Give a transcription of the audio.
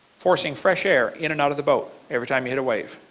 forcing fresh air in and out of the boat every time you hit a wave.